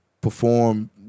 perform